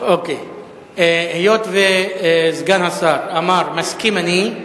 אוקיי, היות שסגן השר אמר "מסכים אני",